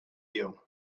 you